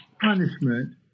punishment